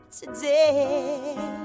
today